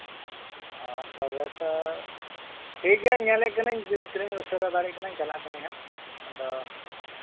ᱚ ᱛᱚᱵᱮ ᱛᱚ ᱴᱷᱤᱠ ᱜᱮᱭᱟ ᱧᱮᱞᱮᱫ ᱠᱟᱹᱱᱟᱹᱧ ᱛᱤᱱᱟᱹᱜ ᱤᱧ ᱩᱥᱟᱹᱨᱟ ᱫᱟᱲᱮᱭᱟᱜ ᱠᱟᱱᱟ ᱪᱟᱞᱟᱜᱼᱟᱹᱧ ᱠᱟᱹᱢᱤ ᱦᱟᱸᱜ ᱟᱫᱚ